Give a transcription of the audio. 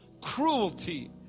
cruelty